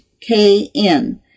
KN